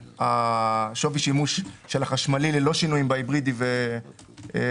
שווי שימוש של החשמלי ללא שינויים בהיברידי ובפלאג